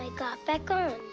like got back on.